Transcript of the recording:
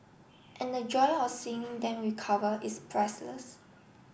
and the joy of seeing them recover is priceless